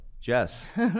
Jess